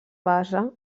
basa